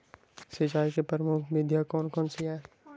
सिंचाई की प्रमुख विधियां कौन कौन सी है?